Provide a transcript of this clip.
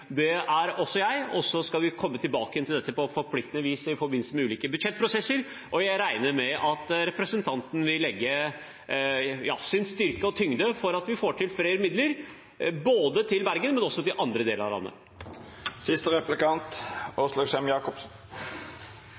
Det er også jeg, og vi skal komme tilbake til dette på forpliktende vis i forbindelse med ulike budsjettprosesser. Jeg regner med at representanten vil legge sin styrke og tyngde bak, slik at vi får tilført flere midler ikke bare til Bergen, men også til andre deler av landet.